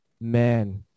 man